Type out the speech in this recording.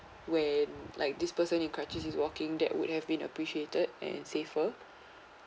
when like this person in crutches is walking that would have been appreciated and safer